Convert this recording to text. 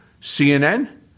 CNN